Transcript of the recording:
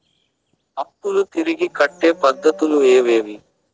అప్పులు తిరిగి కట్టే పద్ధతులు ఏవేవి